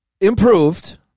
improved